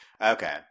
Okay